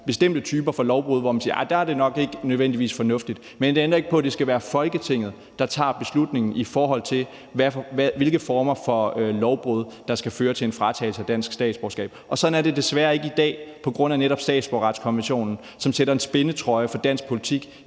bestemte typer af lovbrud, hvor man siger, at der er det nok ikke nødvendigvis fornuftigt. Men det ændrer ikke på, at det skal være Folketinget, der tager beslutningen, i forhold til hvilke former for lovbrud der skal føre til en fratagelse af dansk statsborgerskab. Sådan er det desværre ikke i dag på grund af netop statsborgerretskonventionen, som sætter dansk politik